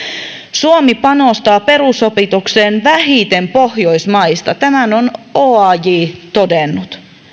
suomi panostaa perusopetukseen vähiten pohjoismaista tämän on oaj todennut